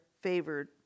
favored